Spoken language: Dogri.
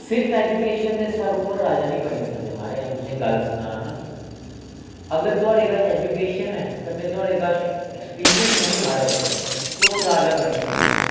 सिर्फ ऐजुकेशन दे सिर उप्पर राजा नी बनी सकदे महाराज अ'ऊं तुसेंगी गल्ल सना नां अगर तुआढ़े कश ऐजुकेशन ऐ कन्नै थुआढ़े कश ऐक्सपिरिंयस ऐ नी महाराज तुस राजा बनी सकदे